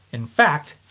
in fact,